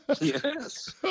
Yes